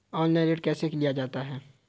Online ऋण कैसे लिया जाता है?